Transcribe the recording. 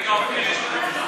הרכב הוועדה לבחירת שופטים)